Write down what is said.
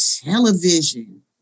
television